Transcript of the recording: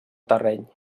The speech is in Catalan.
terreny